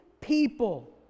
people